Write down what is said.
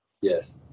Yes